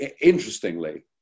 interestingly